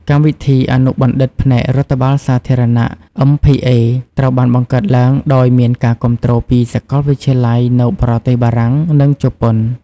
កម្មវិធីអនុបណ្ឌិតផ្នែករដ្ឋបាលសាធារណៈMPA ត្រូវបានបង្កើតឡើងដោយមានការគាំទ្រពីសកលវិទ្យាល័យនៅប្រទេសបារាំង និងជប៉ុន។